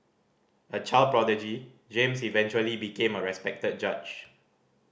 a child prodigy James eventually became a respected judge